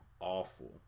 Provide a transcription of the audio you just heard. awful